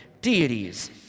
deities